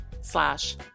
slash